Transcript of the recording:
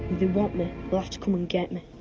me, they'll have to come and get me.